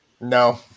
no